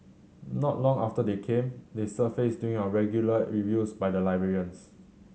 not long after they came they surfaced during our regular reviews by the librarians